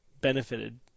benefited